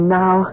now